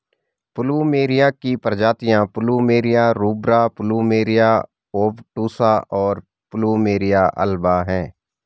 plumeria की प्रजातियाँ plumeria rubra, plumeria obtusa, और प्लुमेरिया अल्बा हैं